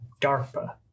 DARPA